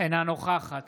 אינה נוכחת